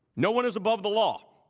nobody is above the law.